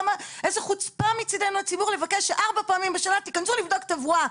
ממש חוצפה מצדנו הציבור לבקש שארבע פעמים בשנה תכנסו לבדוק את התברואה.